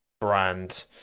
brand